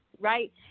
right